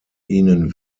ihnen